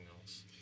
else